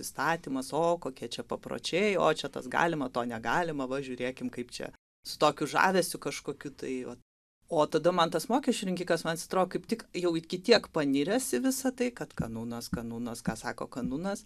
įstatymas o kokie čia papročiai o čia tas galima to negalima va žiūrėkime kaip čia su tokiu žavesiu kažkokiu tai va o tada man tas mokesčių rinkikas man jis atrodo kaip tik jau iki tiek paniręs į visa tai kad kanunas kanunas ką sako kanunas